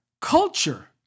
culture